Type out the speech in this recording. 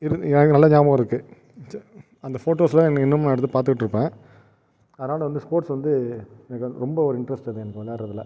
இரு எனக்கு நல்லா நியாபகம் இருக்கு அந்த போட்டோஸ்லாம் நான் இன்னமும் எடுத்து பார்த்துகிட்டு இருப்பே அதனால் வந்து ஸ்போர்ட்ஸ் வந்து எனக்கு ரொம்ப ஒரு இன்ட்ரஸ்ட் எனக்கு விளையாடுறதில்